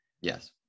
Yes